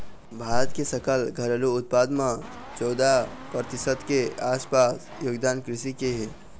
भारत के सकल घरेलू उत्पाद म चउदा परतिसत के आसपास योगदान कृषि के हे